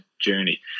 journey